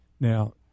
Now